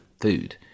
food